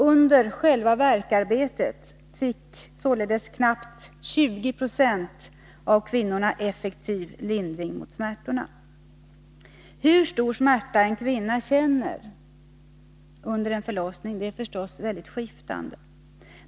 Under själva värkarbetet fick således knappt 20 26 av kvinnorna effektiv lindring mot smärtorna. Hur stor smärta en kvinna känner under en förlossning är förstås mycket skiftande.